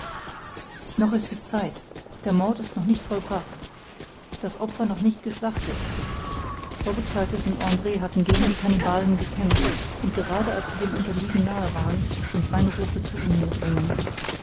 noch ist es zeit der mord ist noch nicht vollbracht das opfer noch nicht geschlachtet robert kurtis und andr hatten gegen die kannibalen gekämpft und gerade als sie dem unterliegen nahe waren sind meine rufe zu ihnen gedrungen